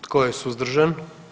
Tko je suzdržan?